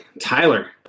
Tyler